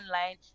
online